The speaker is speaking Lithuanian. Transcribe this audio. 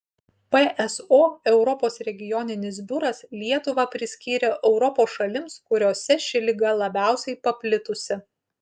pso europos regioninis biuras lietuvą priskyrė europos šalims kuriose ši liga labiausiai paplitusi